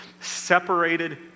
Separated